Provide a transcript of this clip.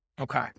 Okay